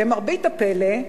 למרבה הפלא,